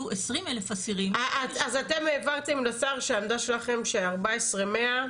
אז אתם העברתם לשר שהעמדה שלכם ש-14,100?